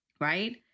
right